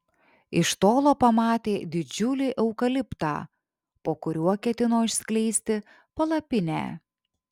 iš tolo pamatė didžiulį eukaliptą po kuriuo ketino išskleisti palapinę